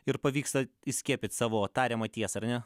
ir pavyksta įskiepyt savo tariamą tiesą ar ne